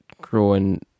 growing